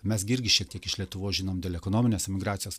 mes gi irgi šiek tiek iš lietuvos žinom dėl ekonominės emigracijos